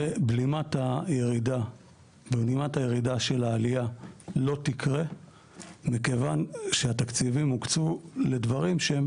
ובלימת הירידה של העלייה לא תקרה מכיוון שהתקציבים הוקצו לדברים שהם